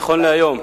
נכון להיום,